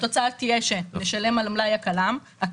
התוצאה תהיה שנשלם על המלאי הקיים,